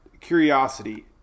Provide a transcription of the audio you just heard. curiosity